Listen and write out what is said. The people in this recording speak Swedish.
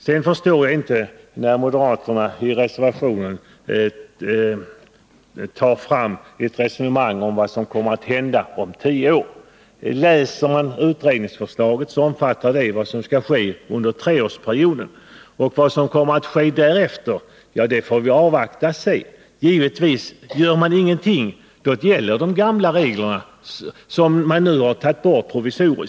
Sedan förstår jag inte moderaternas resonemang i reservationen om vad som kommer att hända om tio år. Läser man utredningsförslaget, finner man att det omfattar vad som skall ske under treårsperioden. Vad som kommer att inträffa därefter får vi avvakta och se. Gör man ingenting gäller givetvis de gamla regler som man nu provisoriskt har tagit bort.